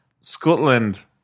Scotland